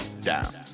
Down